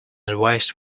advised